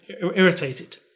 irritated